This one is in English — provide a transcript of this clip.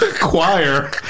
choir